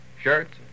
shirts